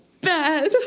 bad